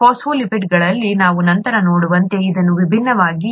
ಫಾಸ್ಫೋಲಿಪಿಡ್ಗಳಲ್ಲಿ ನಾವು ನಂತರ ನೋಡುವಂತೆ ಇದು ವಿಭಿನ್ನವಾಗಿದೆ